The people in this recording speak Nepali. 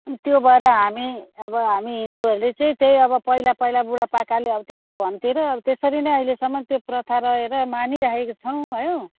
अनि त्यो भएर हामी अब हामी हिन्दूहरूले चाहिँ त्यही अब पहिला पहिला बुढापाकाले अब त्यसो भन्थे र त्यसरी नै अहिलेसम्म त्यो प्रथा रहेर मानिरहेको छौँ है हो